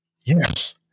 yes